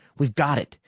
we've got it!